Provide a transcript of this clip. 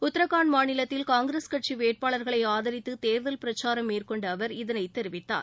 உத்தரகாண்ட் மாநிலத்தில் காங்கிரஸ் கட்சி வேட்பாளர்களை ஆதரித்து தேர்தல் பிரச்சாரம் மேற்கொண்ட அவர் இதனை தெரிவித்தார்